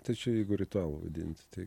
tai čia jeigu ritualu vadinti tai